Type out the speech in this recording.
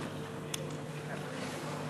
גברתי המזכירה,